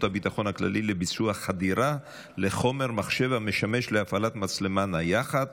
הביטחון הכללי לביצוע חדירה לחומר מחשב המשמש להפעלת מצלמה נייחת